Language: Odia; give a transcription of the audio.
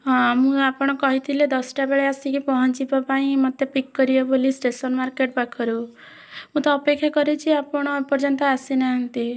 ହଁ ମୁଁ ଆପଣ କହିଥିଲେ ଦଶଟାବେଳେ ଆସିକି ପହଞ୍ଚିବା ପାଇଁ ମୋତେ ପିକ୍ କରିବେ ବୋଲି ଷ୍ଟେସନ୍ ମାର୍କେଟ୍ ପାଖରୁ ମୁଁ ତ ଅପେକ୍ଷା କରିଛି ଆପଣ ଏପର୍ଯ୍ୟନ୍ତ ଆସିନାହାଁନ୍ତି